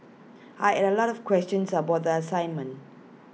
I had A lot of questions about the assignment